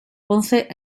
ponce